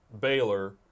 Baylor